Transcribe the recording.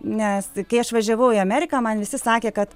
nes kai aš važiavau į ameriką man visi sakė kad